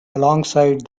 alongside